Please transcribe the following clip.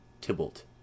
Tybalt